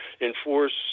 enforce